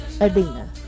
Adina